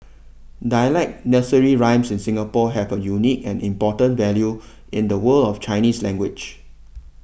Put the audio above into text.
dialect nursery rhymes in Singapore have a unique and important value in the world of Chinese language